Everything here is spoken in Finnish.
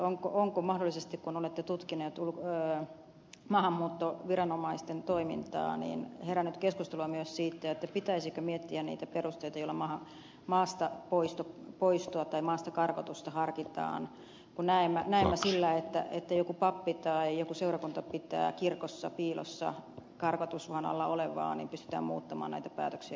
onko mahdollisesti kun olette tutkineet maahanmuuttoviranomaisten toimintaa herännyt keskustelua myös siitä pitäisikö miettiä niitä perusteita joilla maasta poistoa tai maasta karkotusta harkitaan kun näemmä sillä että joku pappi tai joku seurakunta pitää kirkossa piilossa karkotusuhan alla olevaa pystytään muuttamaan näitä päätöksiä käytännössä